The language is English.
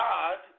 God